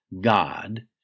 God